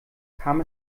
kam